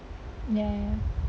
ya ya